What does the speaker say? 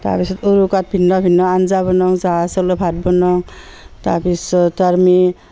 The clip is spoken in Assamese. তাৰপিছত উৰুকাত ভিন্ন ভিন্ন আঞ্জা বনাওঁ জহা চাউলৰ ভাত বনাওঁ তাৰপিছত আমি